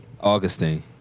augustine